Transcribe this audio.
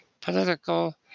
political